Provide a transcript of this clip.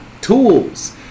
tools